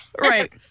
Right